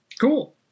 Cool